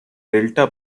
delta